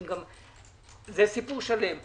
זה סיפור שלם.